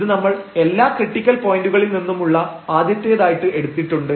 ഇത് നമ്മൾ എല്ലാ ക്രിട്ടിക്കൽ പോയന്റുകളിൽ നിന്നുമുള്ള ആദ്യത്തേതായിട്ട് എടുത്തിട്ടുണ്ട്